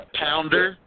pounder